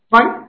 Fine